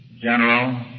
general